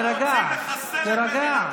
תירגע.